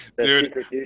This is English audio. Dude